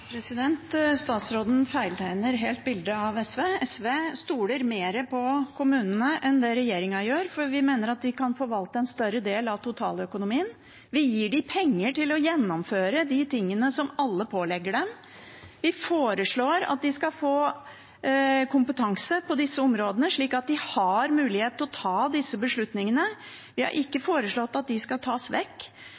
Statsråden feiltegner helt bildet av SV. SV stoler mer på kommunene enn det regjeringen gjør, for vi mener at de kan forvalte en større del av totaløkonomien. Vi gir dem penger til å gjennomføre det alle pålegger dem. Vi foreslår at de skal få kompetanse på disse områdene slik at de har mulighet til å ta disse